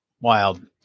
Wild